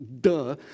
Duh